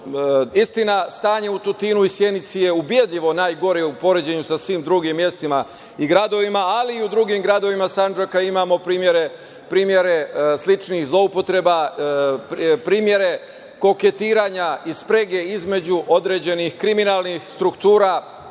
stanje u Tutinu i Sjenici je ubedljivo najgore u poređenju sa svim drugim mestima i gradovima, ali i u drugim gradovima Sandžaka imamo primere sličnih zloupotreba, koketiranja i sprege između određenih kriminalnih struktura